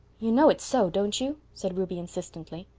you know it's so, don't you? said ruby insistently.